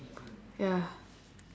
ya